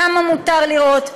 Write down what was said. כמה מותר לראות,